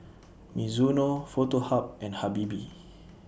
Mizuno Foto Hub and Habibie